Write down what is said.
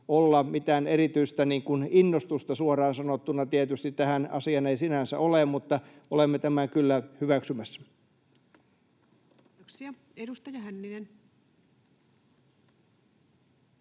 olla. Mitään erityistä innostusta suoraan sanottuna tietysti tähän asiaan ei sinänsä ole, mutta olemme tämän kyllä hyväksymässä. [Speech 169] Speaker: